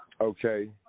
Okay